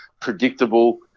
predictable